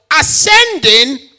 ascending